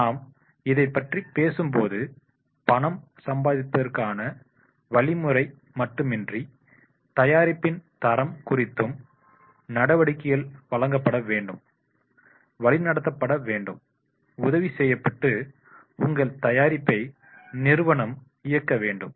நாம் இதைப்பற்றி பேசும்போது பணம் சம்பாதிப்பதற்கான வழிமுறை மட்டுமின்றி தயாரிப்பின் தரம் குறித்தும் நடவடிக்கைகள் வழங்கப்படவேண்டும் வழிநடத்தப்பட வேண்டும் உதவி செய்யப்பட்டு உங்கள் தயாரிப்பை நிறுவனம் இயக்க வேண்டும்